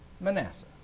Manasseh